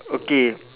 okay